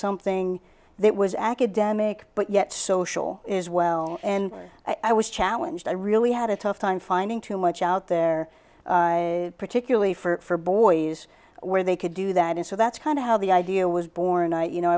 something that was academic but yet social is well and i was challenged i really had a tough time finding too much out there particularly for boys where they could do that and so that's kind of how the idea was born i you know